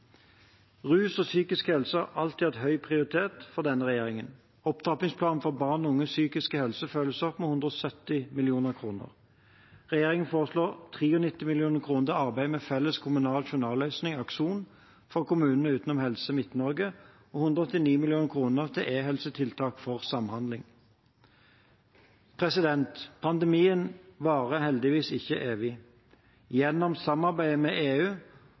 Rus og psykisk helse har alltid hatt høy prioritet i denne regjeringen. Opptrappingsplanen for barn og unges psykiske helse følges opp med 170 mill. kr. Regjeringen foreslår 93 mill. kr til arbeidet med felles kommunal journalløsning, Akson, for kommunene utenom helseregion Midt-Norge, og 189 mill. kr til e-helsetiltak for samhandling. Pandemien varer heldigvis ikke evig. Gjennom samarbeidet med EU